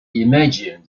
imagined